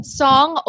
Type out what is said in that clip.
song